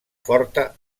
forta